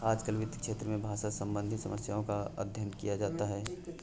आजकल वित्त के क्षेत्र में भाषा से सम्बन्धित समस्याओं का अध्ययन किया जाता है